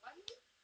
one wish